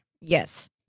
Yes